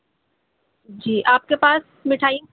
جی آپ کے پاس مٹھائی